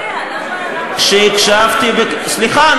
סליחה,